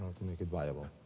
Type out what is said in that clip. to make it viable.